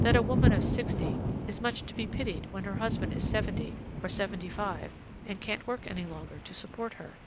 that a woman of sixty is much to be pitied when her husband is seventy or seventy-five and can't work any longer to support her.